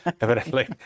evidently